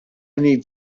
need